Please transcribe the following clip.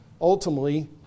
ultimately